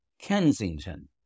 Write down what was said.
Kensington